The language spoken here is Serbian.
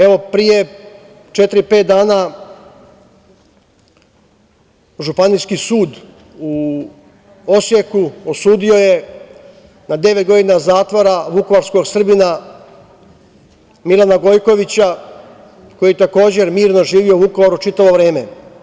Evo, pre četiri, pet dana Županijski sud u Osijeku osudio je na devet godina zatvora vukovarskog Srbina Milana Gojkovića, koji je takođe mirno živeo u Vukovaru čitavo vreme.